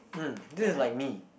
hmm this is like me